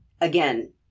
again